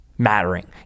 Mattering